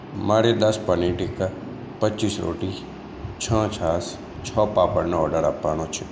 મારે દસ પનીર ટીક્કા પચીસ રોટી છ છાશ છ પાપડનો ઑર્ડર આપવાનો છે